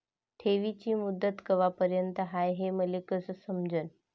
ठेवीची मुदत कवापर्यंत हाय हे मले कस समजन?